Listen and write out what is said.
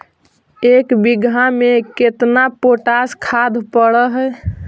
एक बिघा में केतना पोटास खाद पड़ है?